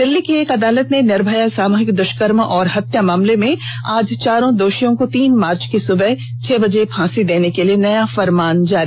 दिल्ली की एक अदालत ने निर्भया सामूहिक दुष्कर्म और हत्या मामले में आज चारों दोषियों को तीन मार्च की सुबह छह बजे फांसी देने के लिए नया फरमान किया जारी